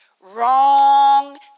wrong